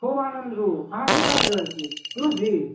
खुब आनन्द रहूँ अहाँ के बाजि रहल छी पीयूष जी